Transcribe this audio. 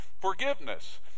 forgiveness